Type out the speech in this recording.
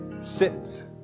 sits